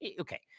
okay